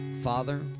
Father